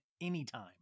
anytime